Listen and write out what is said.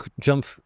jump